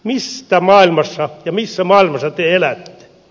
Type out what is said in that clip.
missä maailmassa te elätte